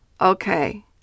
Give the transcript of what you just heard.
Okay